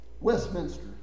Westminster